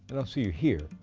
and i'll see you here,